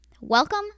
Welcome